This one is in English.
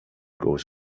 goes